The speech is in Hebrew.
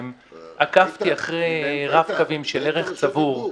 עקבתי אחרי רב קוים של ערך צבור,